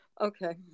Okay